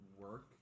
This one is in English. work